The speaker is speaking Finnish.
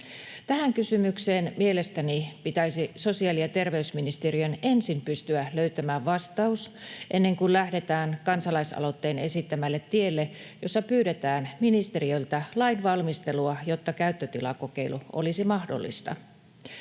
Tähän kysymykseen mielestäni pitäisi sosiaali- ja terveysministeriön ensin pystyä löytämään vastaus, ennen kuin lähdetään kansalaisaloitteen esittämälle tielle, jolla pyydetään ministeriöltä lainvalmistelua, jotta käyttötilakokeilu olisi mahdollinen.